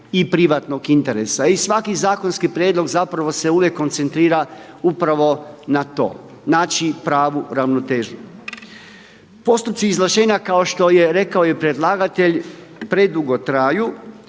i privatnog interesa. I svaki zakonski prijedlog zapravo se uvijek koncentrira upravo na to, naći pravu ravnotežu. Postupci izvlaštenja kao što je rekao i predlagatelj predugo traju